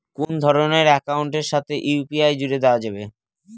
কোন ধরণের অ্যাকাউন্টের সাথে ইউ.পি.আই জুড়ে দেওয়া যাবে?